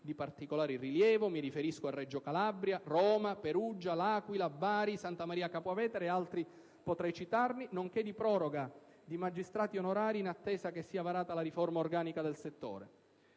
di particolare rilievo - mi riferisco a Reggio Calabria, Roma, Perugia, L'Aquila, Bari, Santa Maria Capua Vetere, e altri potrei citarne - nonché di proroga di magistrati onorari, in attesa che sia varata la riforma organica del settore.